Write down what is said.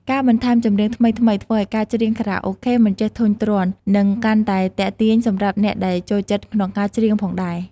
ការបន្ថែមចម្រៀងថ្មីៗធ្វើឱ្យការច្រៀងខារ៉ាអូខេមិនចេះធុញទ្រាន់ និងកាន់តែទាក់ទាញសម្រាប់អ្នកដែលចូលចិត្តក្នុងការច្រៀងផងដែរ។